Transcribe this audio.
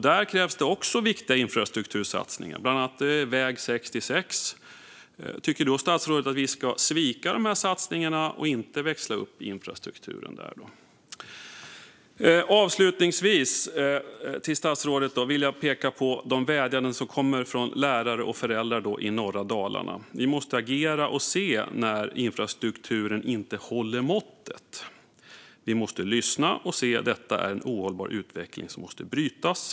Där krävs det också viktiga infrastruktursatsningar, bland annat på väg 66. Tycker statsrådet att vi ska svika dessa satsningar genom att inte växla upp infrastrukturen? Avslutningsvis vill jag peka på de vädjanden som kommer från lärare och föräldrar i norra Dalarna. Vi måste agera när vi ser att infrastrukturen inte håller måttet. Vi måste lyssna och se att detta är en ohållbar utveckling som måste brytas.